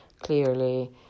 clearly